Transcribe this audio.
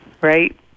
right